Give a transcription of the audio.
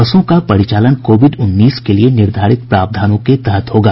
बसों का परिचालन कोविड उन्नीस के लिए निर्धारित प्रावधानों के तहत होगा